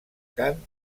kant